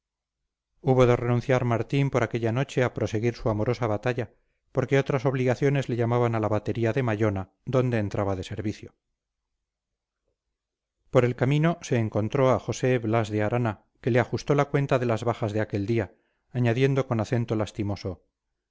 hubo de renunciar martín por aquella noche a proseguir su amorosa batalla porque otras obligaciones le llamaban a la batería de mallona donde entraba de servicio por el camino se encontró a josé blas de arana que le ajustó la cuenta de las bajas de aquel día añadiendo con acento lastimoso